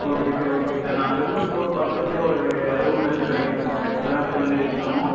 okay sir okay sir நான் Vellore fort பக்கத்திலே ஒரு ரூம் எடுத்துகிட்டு தங்கி இருக்கோம் சார் இப்போ தான் சார் வந்து ரீச் ஆனோம்